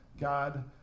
God